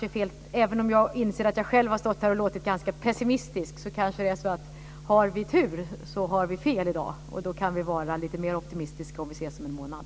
Även om jag inser att jag själv har stått här och låtit ganska pessimistisk så kanske det är så att om vi har tur så har vi fel i dag, och då kan vi vara lite mer opitimistiska om vi ses om en månad.